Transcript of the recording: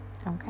Okay